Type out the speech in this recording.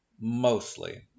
mostly